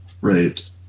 Right